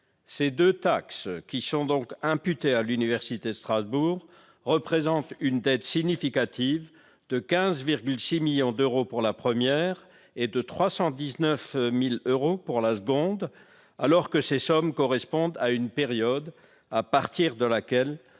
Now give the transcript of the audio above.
Ces deux taxes, qui sont donc imputées à l'université de Strasbourg, représentent une dette significative de 15,6 millions d'euros pour la première et de 319 000 euros pour la seconde, alors que ces sommes correspondent à une période à laquelle